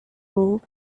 row